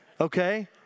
okay